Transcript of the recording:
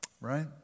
right